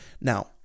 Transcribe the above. Now